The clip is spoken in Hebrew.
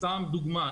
לדוגמה,